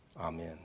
Amen